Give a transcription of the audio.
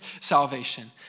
salvation